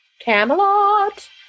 Camelot